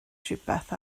rhywbeth